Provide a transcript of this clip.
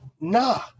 Nah